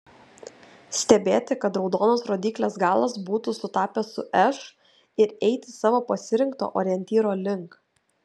stebėti kad raudonas rodyklės galas būtų sutapęs su š ir eiti savo pasirinkto orientyro link